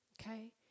Okay